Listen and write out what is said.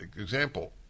example